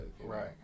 Right